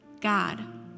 God